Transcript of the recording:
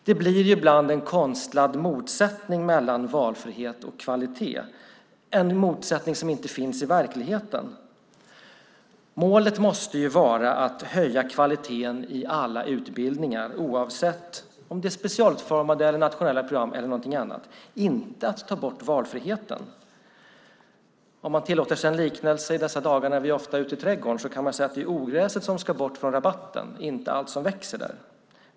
Det blir ibland en konstlad motsättning mellan valfrihet och kvalitet, en motsättning som inte finns i verkligheten. Målet måste vara att höja kvaliteten i alla utbildningar, oavsett om det är specialutformade eller nationella program eller någonting annat, inte att ta bort valfriheten. Om man tillåter sig en liknelse i dessa dagar när vi ofta är ute i trädgården kan man säga att det är ogräset som ska bort från rabatten, inte allt som växer där.